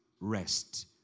rest